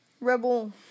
Rebel